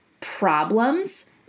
problems